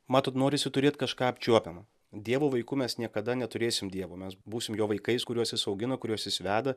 matot norisi turėt kažką apčiuopiamo dievo vaiku mes niekada neturėsim dievo mes būsim jo vaikais kuriuos jis augina kuriuos jis veda